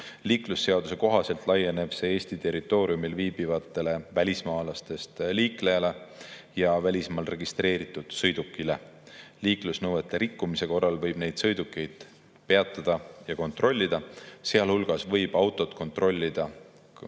Liiklusseaduse kohaselt laieneb see Eesti territooriumil viibivatele välismaalastest liiklejatele ja välismaal registreeritud sõidukitele. Liiklusnõuete rikkumise korral võib neid sõidukeid peatada ja kontrollida. Sealhulgas võib kontrollida, kas